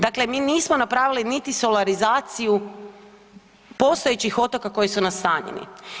Dakle, mi nismo napravili niti solarizaciju postojećih otoka koji su nastanjeni.